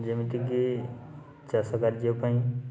ଯେମିତିକି ଚାଷ କାର୍ଯ୍ୟ ପାଇଁ